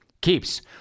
Keeps